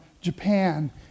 Japan